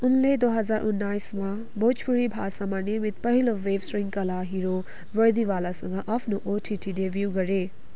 उनले दो हजार उनाइसमा भोजपुरी भाषामा निर्मित पहिलो वेब श्रृङ्खला हिरो वर्दीवालासँग आफ्नो ओटिटी डेब्यू गरे